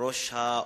ראש ה-OECD,